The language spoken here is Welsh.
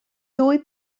dwy